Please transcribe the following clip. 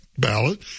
ballot